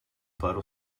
пару